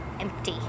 empty